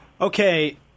Okay